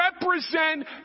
represent